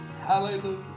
Hallelujah